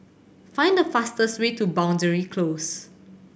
find the fastest way to Boundary Close